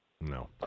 No